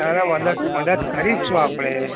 અરે મદદ મદદ કરીશું આપણે